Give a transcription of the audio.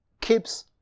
keeps